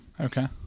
Okay